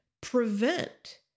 prevent